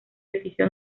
edificio